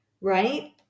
right